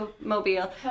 mobile